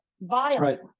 violent